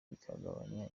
bikagabanya